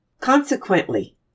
Consequently